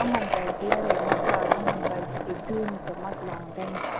یِمَن پَزِ لَڑٲے مۅکلاوٕنۍ آ یِمن پَزِ سُہ دیُن تہٕ مۅکلاوُن ٹٮ۪نشَن